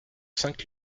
cinq